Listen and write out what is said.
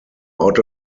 out